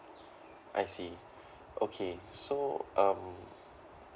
I see okay so um